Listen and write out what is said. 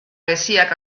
geziak